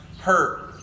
hurt